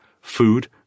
Food